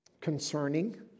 concerning